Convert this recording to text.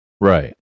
right